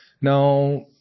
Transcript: Now